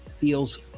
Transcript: feels